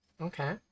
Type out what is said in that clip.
Okay